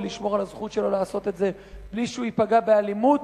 ולשמור על הזכות שלו לעשות את זה בלי שהוא ייפגע מאלימות,